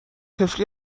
طفلی